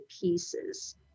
pieces